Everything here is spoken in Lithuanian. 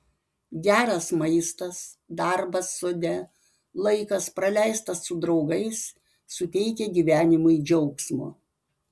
geras maistas darbas sode laikas praleistas su draugais suteikia gyvenimui džiaugsmo